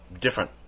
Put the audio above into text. Different